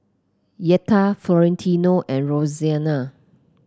Yetta Florentino and Roseanna